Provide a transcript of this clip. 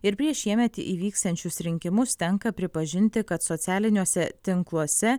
ir prieš šiemet įvyksiančius rinkimus tenka pripažinti kad socialiniuose tinkluose